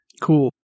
Cool